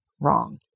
wrong